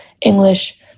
English